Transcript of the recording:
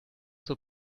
zur